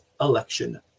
election